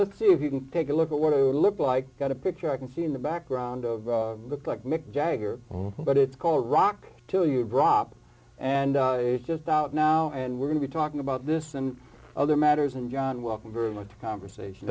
let's see if you can take a look at what looked like got a picture i can see in the background of looks like mick jagger but it's called rock till you drop and it's just out now and we're going to be talking about this and other matters and john welcome very much a conversation